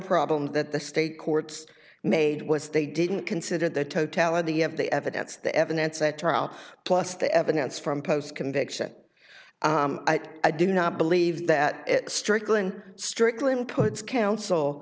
problem that the state courts made was they didn't consider the totality of the evidence the evidence at trial plus the evidence from post conviction i do not believe that strickland strickland puts coun